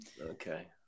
okay